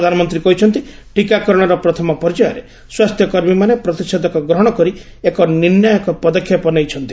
ପ୍ରଧାନମନ୍ତ୍ରୀ କହିଛନ୍ତି ଟିକାକରଣର ପ୍ରଥମ ପର୍ଯ୍ୟାୟରେ ସ୍ୱାସ୍ଥ୍ୟ କର୍ମୀମାନେ ପ୍ରତିଷେଧକ ଗ୍ରହଣ କରି ଏକ ନିର୍ଣ୍ଣାୟକ ପଦକ୍ଷେପ ନେଇଛନ୍ତି